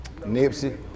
Nipsey